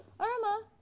Irma